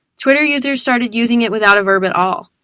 twitter users started using it without a verb at all.